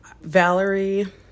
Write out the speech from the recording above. Valerie